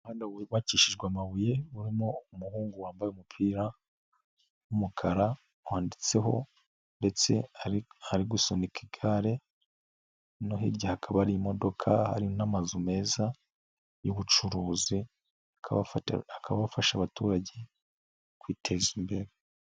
Umuhanda wubakishijwe amabuye, urimo umuhungu wambaye umupira w'umukara wanditseho, ndetse ari gusunika igare, no hirya hakaba hari imodoka, hari n'amazu meza y'ubucuruzi, akaba abafasha abaturage, kwiteza imbere.